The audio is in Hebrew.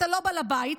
אתה לא בעל הבית,